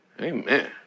amen